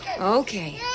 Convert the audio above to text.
Okay